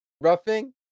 roughing